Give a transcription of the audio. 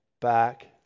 back